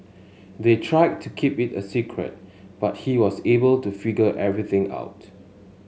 they tried to keep it a secret but he was able to figure everything out